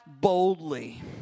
boldly